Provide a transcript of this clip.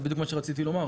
זה בדיוק מה שרציתי לומר.